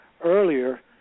earlier